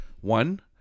One